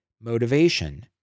motivation